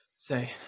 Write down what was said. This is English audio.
say